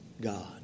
God